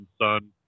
son